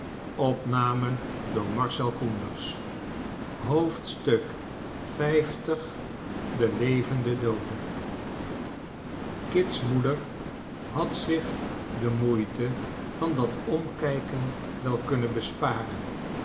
l de levende doode kit's moeder had zich de moeite van dat omkijken wel kunnen besparen